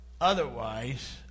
Otherwise